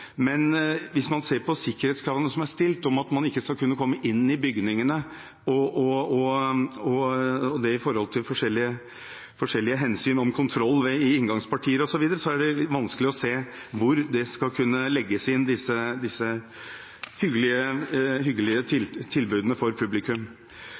men hvis man ser på sikkerhetskravene som er stilt, om at man ikke skal kunne komme inn i bygningene, forskjellige hensyn til kontroll ved inngangspartier, osv., er det vanskelig å se hvor disse hyggelige tilbudene for publikum skal kunne legges inn.